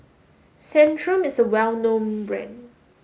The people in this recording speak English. Centrum is a well known brand